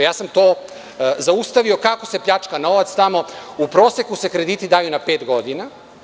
Ja sam to zaustavio kako se pljačka novac tamo, u proseku se krediti daju na pet godina.